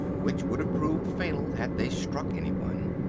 which would have proved fatal had they struck anyone.